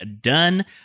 done